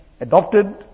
adopted